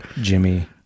Jimmy